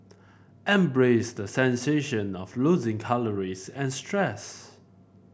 embrace the sensation of losing calories and stress